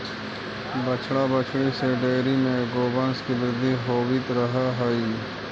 बछड़ा बछड़ी से डेयरी में गौवंश के वृद्धि होवित रह हइ